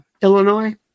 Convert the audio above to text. Illinois